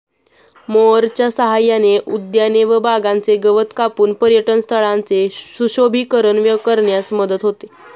मोअरच्या सहाय्याने उद्याने व बागांचे गवत कापून पर्यटनस्थळांचे सुशोभीकरण करण्यास मदत होते